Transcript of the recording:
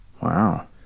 wow